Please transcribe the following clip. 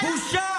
זה לא בושה